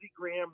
Graham